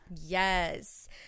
yes